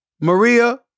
Maria